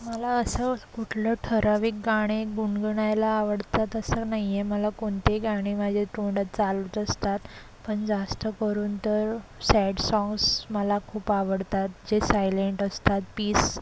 मला असं कुठलं ठराविक गाणे गुणगुणायला आवडतं तसं नाही आहे मला कोणते गाणे माझे तोंडात चालूच असतात पण जास्त करून तर सॅड साँग्स मला खूप आवडतात जे सायलंट असतात पीस